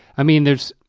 i mean, there's